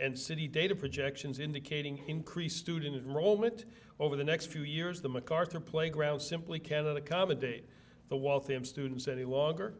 and city data projections indicating increase student roll it over the next few years the macarthur playground simply cannot accommodate the waltham students any longer